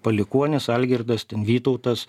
palikuonys algirdas vytautas